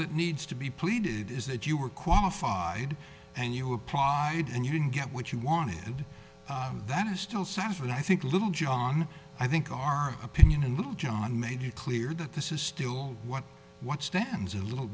that needs to be pleaded is that you are qualified and you applied and you didn't get what you wanted and that is still satisfied i think littlejohn i think our opinion and littlejohn made it clear that this is still what what stands a little